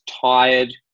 tired